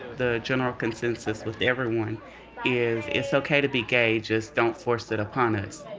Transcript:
the general consensus with everyone is, it's okay to be gay, just don't force it upon us.